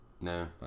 no